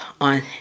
on